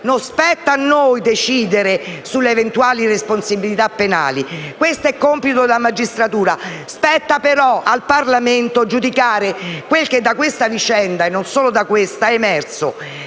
non spetta a noi decidere sulle eventuali responsabilità penali. Questo è compito della magistratura. Spetta però al Parlamento giudicare quel che da questa vicenda - e non solo da questa - è emerso